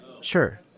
Sure